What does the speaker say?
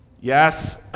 Yes